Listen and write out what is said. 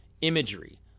imagery